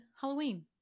halloween